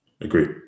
Agreed